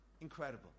Incredible